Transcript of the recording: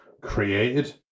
created